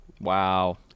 Wow